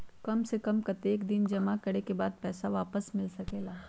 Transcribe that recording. काम से कम कतेक दिन जमा करें के बाद पैसा वापस मिल सकेला?